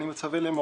אני מצווה לאמור: